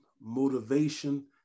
motivation